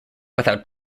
without